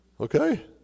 Okay